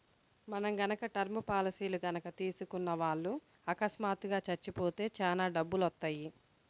మనం గనక టర్మ్ పాలసీలు గనక చేసుకున్న వాళ్ళు అకస్మాత్తుగా చచ్చిపోతే చానా డబ్బులొత్తయ్యి